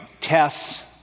tests